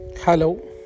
Hello